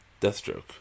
Deathstroke